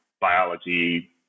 biology